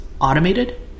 automated